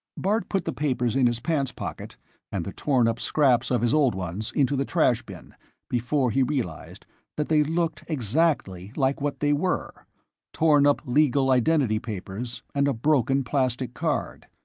bart put the papers in his pants pocket and the torn-up scraps of his old ones into the trashbin before he realized that they looked exactly like what they were torn-up legal identity papers and a broken plastic card.